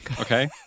Okay